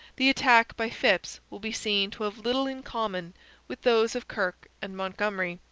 the attack by phips will be seen to have little in common with those of kirke and montgomery,